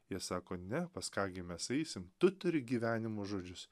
jie sako ne pas ką gi mes eisim tu turi gyvenimo žodžius